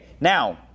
Now